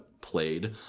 played